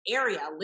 area